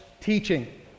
teaching